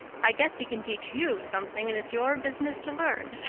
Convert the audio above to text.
i guess he can teach you something, and it's your business to learn.